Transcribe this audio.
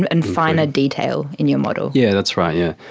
and finer detail in your model. yeah that's right, yeah